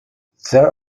there